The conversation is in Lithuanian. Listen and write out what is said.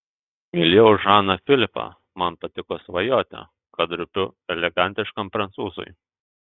mylėjau žaną filipą man patiko svajoti kad rūpiu elegantiškam prancūzui